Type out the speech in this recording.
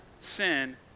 sin